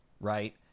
right